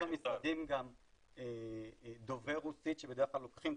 במשרדים דובר רוסית שבדרך כלל לוקחים.